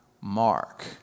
Mark